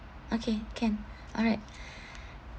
okay can all right